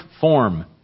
form